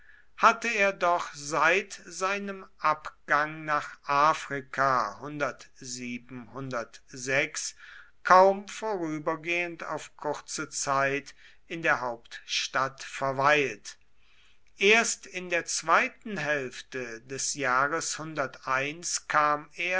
hatte er doch seit seinem abgang nach afrika